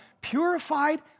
purified